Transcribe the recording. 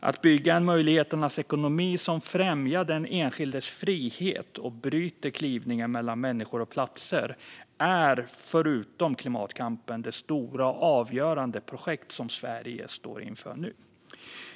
Att bygga en möjligheternas ekonomi som främjar den enskildes frihet och bryter klyvningen mellan människor och platser, är förutom klimatkampen, det stora och avgörande projekt som Sverige står inför nu.